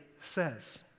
says